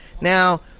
Now